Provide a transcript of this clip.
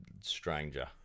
stranger